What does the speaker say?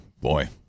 boy